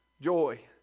joy